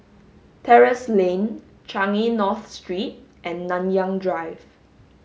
Terrasse Lane Changi North Street and Nanyang Drive